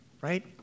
right